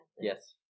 Yes